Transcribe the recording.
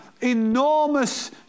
enormous